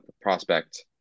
prospect